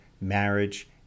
marriage